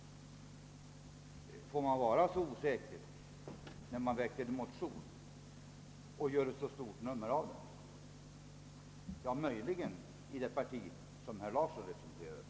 Får man vara så osäker när man väcker en motion och gör ett så stort nummer av den? Ja, möjligen i det parti som herr Larsson representerar.